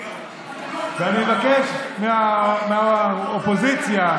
אני מבקש מהאופוזיציה,